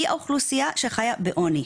היא האוכלוסייה שחיה בעוני.